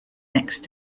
next